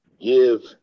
give